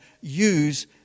use